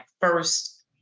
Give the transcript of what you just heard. first